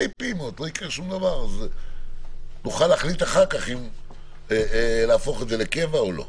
פעימות ונוכל להחליט אחר כך אם להפוך את זה לקבע או לא.